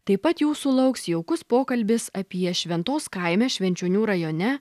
taip pat jūsų lauks jaukus pokalbis apie šventos kaime švenčionių rajone